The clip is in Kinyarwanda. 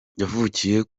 yavukiye